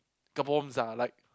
ah like